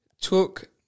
Took